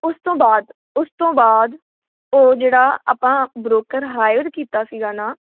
ਉਸ ਤੋਂ ਬਾਅਦ ਉਸ ਤੋਂ ਬਾਅਦ ਉਹ ਜਿਹੜਾ ਆਪਾਂ ਬ੍ਰੋਕਰ ਹਾਇਰ ਕੀਤਾ ਸੀਗਾ ਨਾ